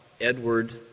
Edward